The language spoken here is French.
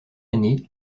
aînée